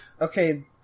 Okay